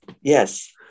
Yes